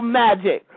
magic